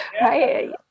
right